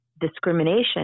discrimination